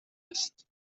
است